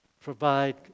provide